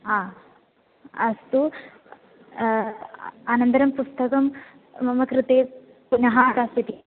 हा अस्तु अनन्तरं पुस्तकं मम कृते पुनः दास्यति